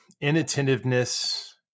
inattentiveness